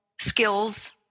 skills